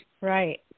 right